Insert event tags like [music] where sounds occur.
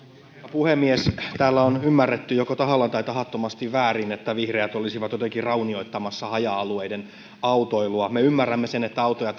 puhemies täällä on ymmärretty joko tahallaan tai tahattomasti väärin että vihreät olisivat jotenkin raunioittamassa haja alueiden autoilua me ymmärrämme sen että autoja [unintelligible]